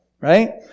right